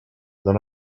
dans